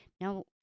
Now